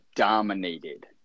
dominated